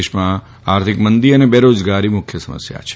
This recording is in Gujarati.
દેશમાં આર્થિક મંદી અને બેરોજગારી મુખ્ય સમસ્યા છે